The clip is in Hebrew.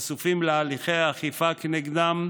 חשופים להליכי אכיפה כנגדם,